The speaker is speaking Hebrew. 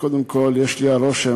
קודם כול יש לי הרושם,